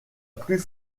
plus